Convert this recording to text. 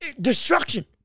destruction